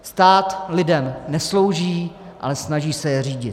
Stát lidem neslouží, ale snaží se je řídit.